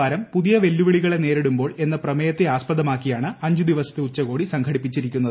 വാരം പുതിയ വെല്ലുവിളികളെ നേരിടുമ്പോൾ എന്ന പ്രമേയത്തെ ആസ്പദമാക്കിയാണ് അഞ്ചുദിവസത്തെ ഉച്ചകോടി സംഘടിപ്പിച്ചിരിക്കുന്നത്